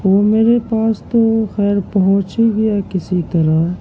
وہ میرے پاس تو وہ خیر پہنچ ہی گیا کسی طرح